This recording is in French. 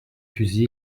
fusils